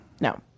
No